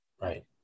right